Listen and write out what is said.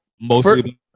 mostly